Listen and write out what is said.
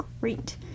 great